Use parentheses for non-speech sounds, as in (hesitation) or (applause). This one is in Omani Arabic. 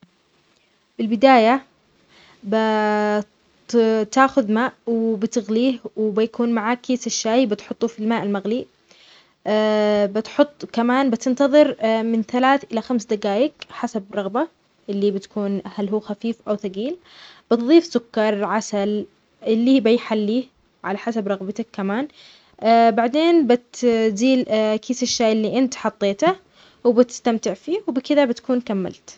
بالبداية بت-بتأخذ ماء وبتغليه وبيكون معاك كيس الشاي بتحطه في الماء المغلي (hesitation) بتحط كمان بتنتظر من ثلاث إلى خمس دقايق حسب رغبة إللي بتكون هل هو خفيف أو ثقيل. بتضيف سكر عسل إللي بيحليه على حسب رغبتك كمان (hesitation) بعدين بتزيل (hesitation) كيس الشاي إللي أنت حطيته وبتستمتع فيه وبكده بتكون كملت.